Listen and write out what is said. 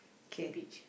the beach